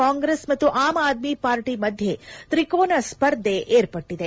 ಕಾಂಗ್ರೆಸ್ ಮತ್ತು ಆಮ್ ಆದ್ಲಿ ಪಾರ್ಟ ಮಧ್ಯೆ ತ್ರಿಕೋನ ಸ್ಪರ್ಧೆ ಏರ್ಪಟ್ಟದೆ